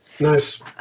Nice